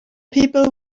people